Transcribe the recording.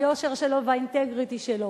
ליושר שלו ולאינטגריטי שלו,